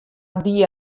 die